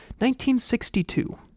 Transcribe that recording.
1962